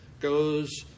goes